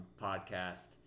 podcast